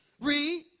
Read